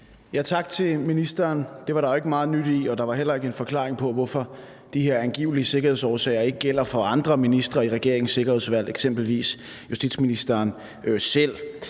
Tak til ministeren. Det var der jo ikke meget nyt i, og der var heller ikke en forklaring på, hvorfor de her angivelige sikkerhedsårsager ikke gælder for andre ministre i regeringens sikkerhedsudvalg, eksempelvis justitsministeren selv.